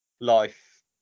life